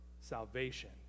salvation